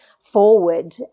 forward